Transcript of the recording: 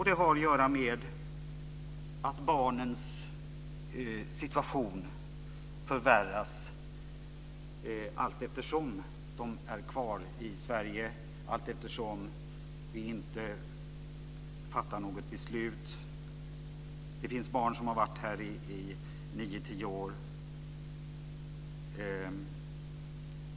Den har att göra med att barnens situation förvärras allteftersom de är kvar i Sverige, allteftersom vi inte fattar något beslut. Det finns barn som har varit här i nio tio år.